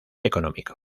económico